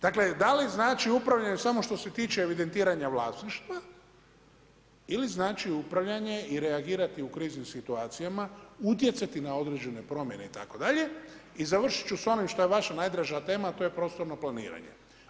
Dakle, da li znači upravljanje samo što se tiče evidentiranja vlasništva ili znače upravljanje i reagirati u kriznim situacijama, utjecati na određene promjene itd., i za vršit ću sa onim što je vaša najdraža tema a to je prostorno planiranje.